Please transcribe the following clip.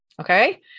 Okay